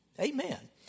Amen